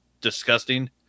disgusting